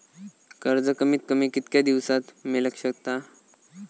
कर्ज कमीत कमी कितक्या दिवसात मेलक शकता?